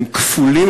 הם כפולים,